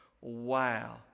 wow